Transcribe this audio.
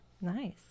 Nice